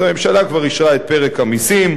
אז הממשלה כבר אישרה את פרק המסים,